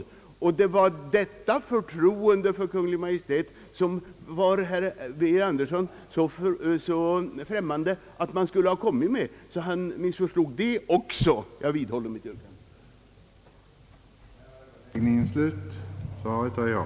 För herr git in något irekt hövligraternaå som Birger Andersson var det så främmande att man skulle kunna komma med ett sådant yrkande om förtroende för Kungl. Maj:t, att han missförstod även det. Jag vidhåller, herr talman, mitt yrkande.